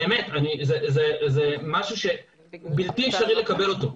באמת, זה משהו שבלתי אפשרי לקבל אותו.